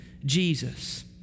Jesus